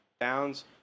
downs